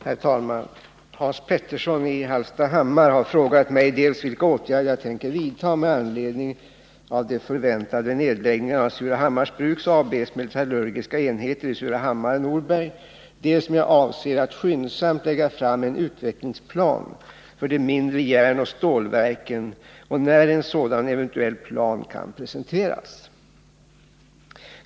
Herr talman! Hans Petersson i Hallstahammar har frågat mig dels vilka åtgärder jag tänker vidta med anledning av de förväntade nedläggningarna av Surahammars Bruks AB:s metallurgiska enheter i Surahammar och Norberg, dels om jag avser att skyndsamt lägga fram en utvecklingsplan för de mindre järnoch stålverken och när en sådan eventuell plan kan presenteras.